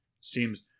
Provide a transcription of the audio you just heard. seems